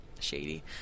shady